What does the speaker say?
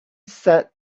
said